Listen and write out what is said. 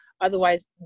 Otherwise